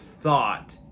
thought